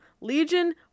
Legion